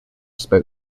spoke